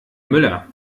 müller